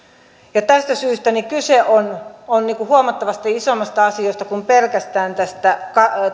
tästä syystä kyse on on huomattavasti isommasta asiasta kuin pelkästään tästä